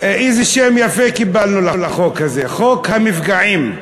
איזה שם יפה קיבלנו לחוק הזה, חוק המפגעים.